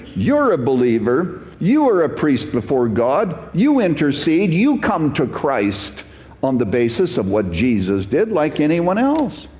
you're a believer. you are a priest before god. you intercede. you come to christ on the basis of what jesus did like anyone else.